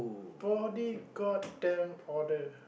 body god damn odour